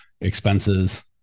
Expenses